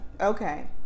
Okay